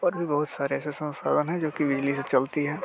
और भी बहुत सारे ऐसे संसाधन हैं जो कि बिजली से चलते हैं